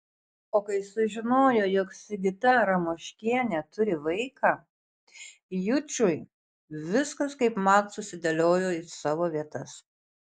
o kai sužinojo jog sigita ramoškienė turi vaiką jučui viskas kaipmat susidėliojo į savo vietas